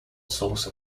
source